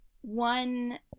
One